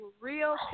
real